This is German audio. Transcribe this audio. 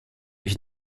ich